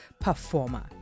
performer